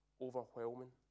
overwhelming